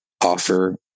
offer